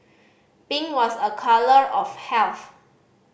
pink was a colour of health